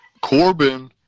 Corbin